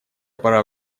пора